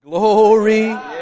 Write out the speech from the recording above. Glory